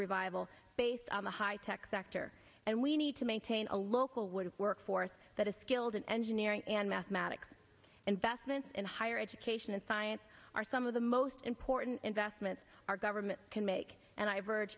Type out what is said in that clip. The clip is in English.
revival based on the high tech sector and we need to maintain a local wood work force that is skilled in engineering and mathematics investment in higher education and science are some of the most important investments our government can make and i